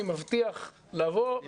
אני מבטיח לבוא לפרגן.